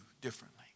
differently